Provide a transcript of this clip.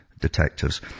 detectives